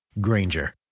Granger